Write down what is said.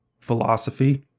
philosophy